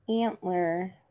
Antler